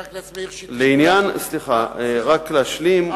רק להשלים,